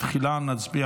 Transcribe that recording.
תחילה נצביע